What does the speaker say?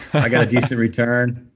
i got a decent return.